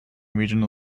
regional